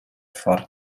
for